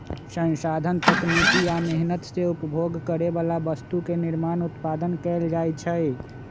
संसाधन तकनीकी आ मेहनत से उपभोग करे बला वस्तु के निर्माण उत्पादन कएल जाइ छइ